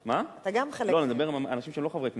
לא, אני מדבר על אנשים שהם לא חברי כנסת.